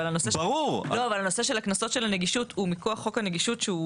אבל נושא הקנסות על נגישות הוא מכוח חוק הנגישות.